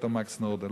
ד"ר מקס נורדאו,